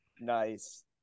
Nice